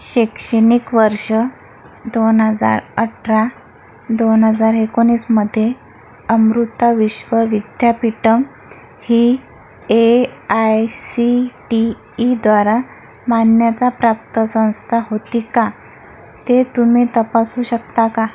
शैक्षणिक वर्ष दोन हजार अठरा दोन हजार एकोणीस मध्ये अमृता विश्वविद्यापीठम् ही ए आय सी टी ईद्वारा मान्यताप्राप्त संस्था होती का ते तुम्ही तपासू शकता का